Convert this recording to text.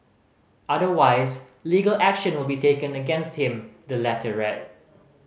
otherwise legal action will be taken against him the letter read